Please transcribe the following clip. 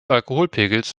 alkoholpegels